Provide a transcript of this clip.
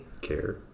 care